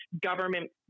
government